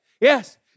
Yes